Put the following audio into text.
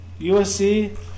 USC